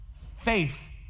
Faith